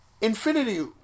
Infinity